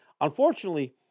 unfortunately